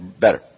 better